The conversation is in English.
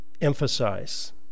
emphasize